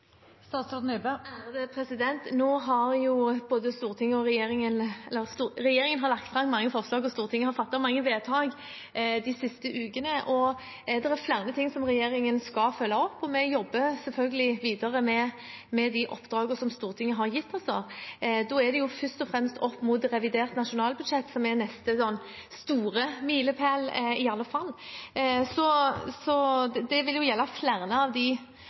Regjeringen har lagt fram mange forslag og Stortinget fattet mange vedtak de siste ukene. Det er flere ting som regjeringen skal følge opp, og vi jobber selvfølgelig videre med de oppdragene som Stortinget har gitt oss. Da er det først og fremst revidert nasjonalbudsjett som er neste store milepæl, i alle fall. Det vil gjelde flere av de anmodningsvedtakene som Stortinget har gitt, også knyttet til denne pakken som kommer nå. Så er vi bedt om å vurdere konkrete løsninger. Det vil vi gjøre, det vil